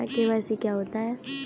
KYC क्या होता है?